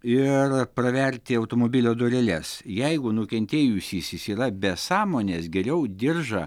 ir praverti automobilio dureles jeigu nukentėjusysis yra be sąmonės geriau diržą